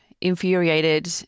infuriated